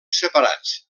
separats